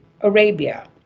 Arabia